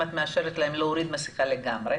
אם את מאשרת להם להוריד מסכה לגמרי.